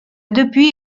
depuis